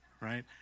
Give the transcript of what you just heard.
right